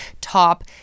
top